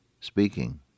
speaking